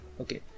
okay